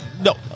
no